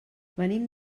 venim